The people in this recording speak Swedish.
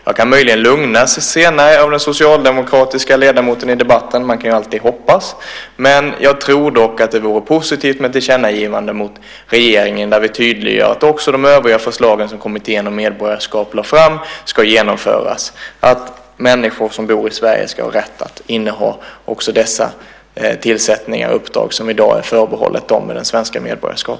Jag kan möjligen lugnas senare av den socialdemokratiska ledamoten i debatten - man kan ju alltid hoppas - men jag tror att det vore positivt med ett tillkännagivande till regeringen där vi tydliggör att också de övriga förslagen som Kommittén om medborgarskapskrav lade fram ska genomföras, så att människor som bor i Sverige ska ha rätt att inneha också tillsättningar och uppdrag som i dag är förbehållna dem med svenskt medborgarskap.